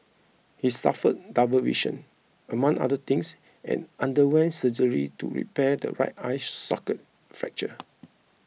he suffered double vision among other things and underwent surgery to repair the right eye socket fracture